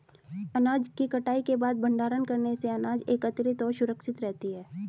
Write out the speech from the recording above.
अनाज की कटाई के बाद भंडारण करने से अनाज एकत्रितऔर सुरक्षित रहती है